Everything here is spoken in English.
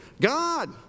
God